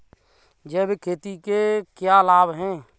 जैविक खेती के क्या लाभ हैं?